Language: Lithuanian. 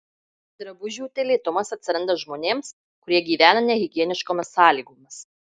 drabužių utėlėtumas atsiranda žmonėms kurie gyvena nehigieniškomis sąlygomis